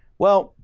well,